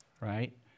right